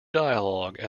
dialogue